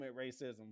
racism